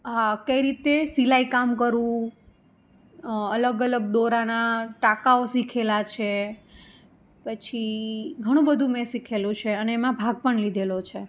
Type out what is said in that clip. કઈ રીતે સિલાઈ કામ કરવું અલગ અલગ દોરાના ટાંકાઓ શીખેલા છે પછી ઘણુંબધું મેં શીખેલું છે અને એમાં ભાગ પણ લીધેલો છે